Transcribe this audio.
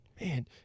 Man